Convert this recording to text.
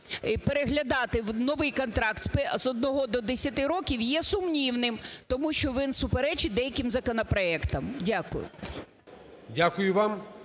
переглядати новий контракт з 1 до 10 років, є сумнівним, тому що він суперечить деяким законопроектам. Дякую. ГОЛОВУЮЧИЙ.